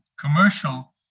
commercial